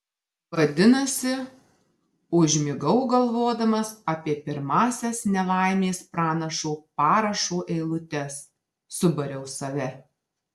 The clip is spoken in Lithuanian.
vadinasi užmigau galvodamas apie pirmąsias nelaimės pranašo parašo eilutes subariau save